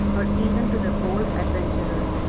or even to the bold adventurers,